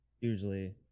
Usually